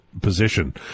position